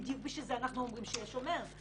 בדיוק בגלל זה אנחנו אומרים שיהיה שומר.